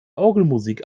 orgelmusik